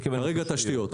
כרגע בתשתיות.